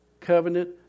Covenant